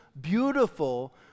beautiful